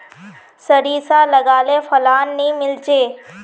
सारिसा लगाले फलान नि मीलचे?